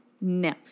no